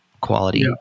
quality